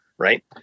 Right